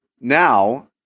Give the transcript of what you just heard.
now